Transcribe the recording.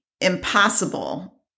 impossible